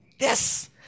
Yes